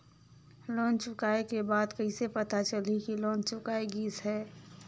Loan चुकाय के बाद कइसे पता चलही कि लोन चुकाय गिस है?